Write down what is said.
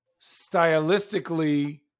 stylistically